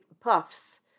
puffs